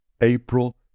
april